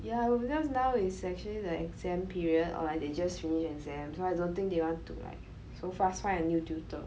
yeah because now is actually the exam period or like they just finish exam so I don't think they want to like so fast find a new tutor